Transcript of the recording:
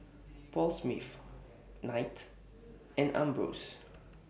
Paul Smith Knight and Ambros